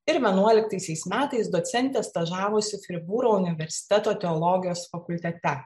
ir vienuoliktaisiais metais docentė stažavosi fribūro universiteto teologijos fakultete